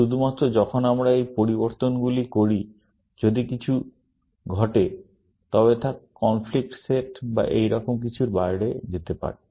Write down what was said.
শুধুমাত্র যখন আমরা এই পরিবর্তনগুলি করি যদি কিছু ঘটে তবে তা কনফ্লিক্ট সেট বা এরকম কিছুর বাইরে যেতে পারে